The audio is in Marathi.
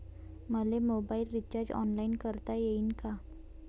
मले मोबाईल रिचार्ज ऑनलाईन करता येईन का?